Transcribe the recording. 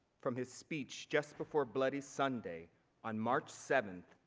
from his speech just before bloody sunday on march seventh,